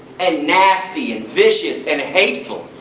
and nasty and vicious and hateful,